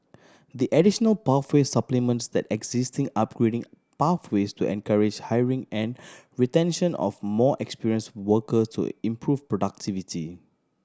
the additional pathway supplements the existing upgrading pathways to encourage hiring and retention of more experience workers to improve productivity